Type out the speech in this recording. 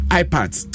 iPads